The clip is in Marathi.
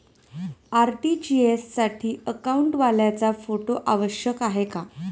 आर.टी.जी.एस साठी अकाउंटवाल्याचा फोटो आवश्यक आहे का?